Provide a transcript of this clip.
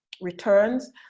returns